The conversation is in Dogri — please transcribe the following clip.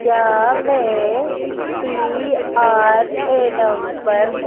क्या में पी आर ए नंबर